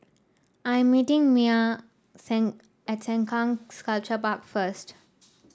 I am meeting Myah at Sengkang Sculpture Park first